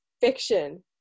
fiction